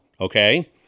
okay